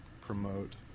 promote